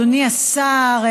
אדוני השר,